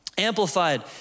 amplified